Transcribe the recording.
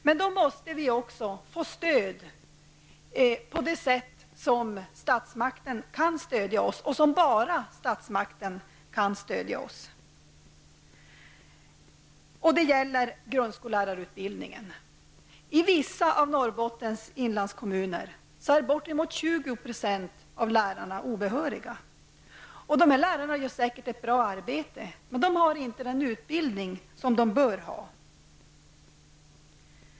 Men då måste vi också få stöd på det sätt som statsmakten, och bara statsmakten, kan stödja oss. Det gäller grundskollärarutbildningen. I vissa av Norrbottens inlandskommuner är bortemot 20 % av lärarna obehöriga. Dessa lärare gör säkert ett bra arbete men de har inte den utbildning som de bör ha.